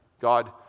God